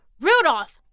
Rudolph